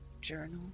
journal